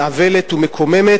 מעוולת ומקוממת,